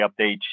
updates